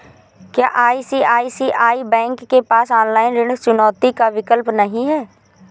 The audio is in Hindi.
क्या आई.सी.आई.सी.आई बैंक के पास ऑनलाइन ऋण चुकौती का विकल्प नहीं है?